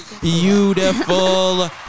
Beautiful